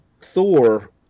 Thor